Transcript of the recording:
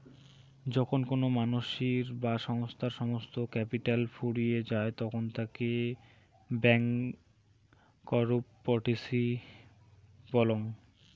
যখন কোনো মানসির বা সংস্থার সমস্ত ক্যাপিটাল ফুরিয়ে যায় তখন তাকে ব্যাংকরূপটিসি বলং